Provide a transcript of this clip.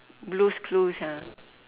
blue's clues ah